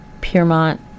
Piermont